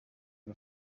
and